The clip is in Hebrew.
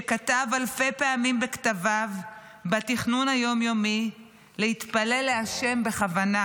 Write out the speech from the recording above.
שכתב אלפי פעמים בכתביו בתכנון היום-יומי להתפלל לשם בכוונה,